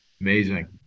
Amazing